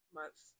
month